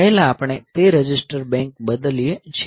પહેલા આપણે તે રજીસ્ટર બેંક બદલીએ છીએ